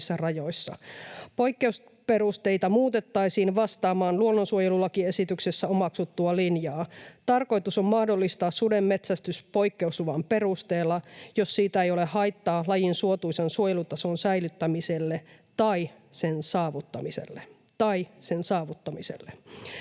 Poikkeusperusteita muutettaisiin vastaamaan luonnonsuojelulakiesityksessä omaksuttua linjaa. Tarkoitus on mahdollistaa sudenmetsästys poikkeusluvan perusteella, jos siitä ei ole haittaa lajin suotuisan suojelutason säilyttämiselle tai sen saavuttamiselle